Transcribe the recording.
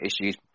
issues